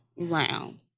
round